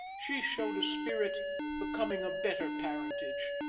she showed a spirit becoming a better parentage.